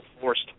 forced